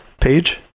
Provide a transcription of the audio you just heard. page